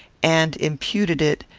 and imputed it,